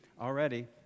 already